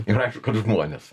ir aišku kad žmonės